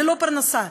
ללא פרנסה,